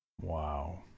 Wow